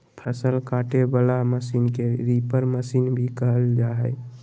फसल काटे वला मशीन के रीपर मशीन भी कहल जा हइ